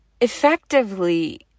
effectively